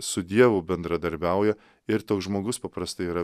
su dievu bendradarbiauja ir toks žmogus paprastai yra